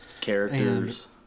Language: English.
Characters